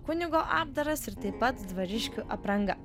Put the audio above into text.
kunigo apdaras ir taip pat dvariškių apranga